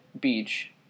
beach